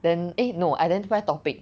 then eh no identify topic